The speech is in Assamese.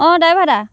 অ' ড্ৰাইভাৰ দা